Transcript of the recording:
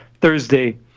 Thursday